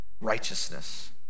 righteousness